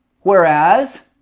Whereas